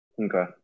Okay